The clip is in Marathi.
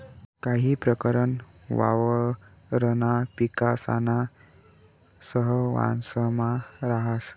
काही प्रकरण वावरणा पिकासाना सहवांसमा राहस